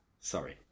sorry